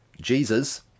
Jesus